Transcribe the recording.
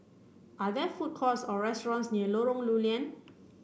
are there food courts or restaurants near Lorong Lew Lian